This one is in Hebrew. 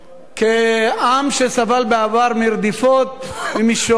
כעם שסבל בעבר מרדיפות ומשואה,